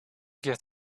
get